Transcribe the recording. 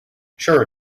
sure